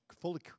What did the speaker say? fully